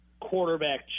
quarterback